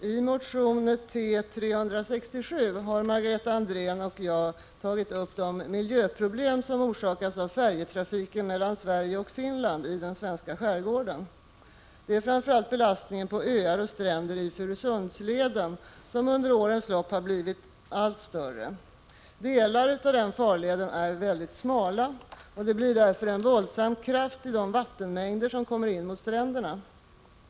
I motion T367 har Margareta Andrén och jag tagit upp de miljöproblem som orsakas av färjetrafiken mellan Sverige och Finland i den svenska skärgården. Det är framför allt belastningen på öar och stränder i Furusundsleden som under årens lopp har blivit allt större. Delar av denna farled är mycket smala, och det blir därför en våldsam kraft i de vattenmängder som kommer in mot stränderna.